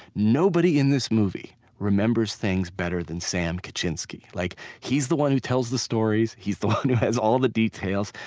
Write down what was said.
nobody in this movie remembers things better than sam krichinsky. like he's the one who tells the stories. he's the one who has all the details.